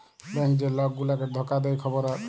bank যে লক গুলাকে ধকা দে খবরে আসে